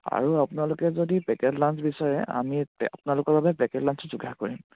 আৰু আপোনালোকে যদি পেকেট লাঞ্চ বিচাৰে আমি আপোনালোকৰ বাবে পেকেট লাঞ্চো যোগাৰ কৰিম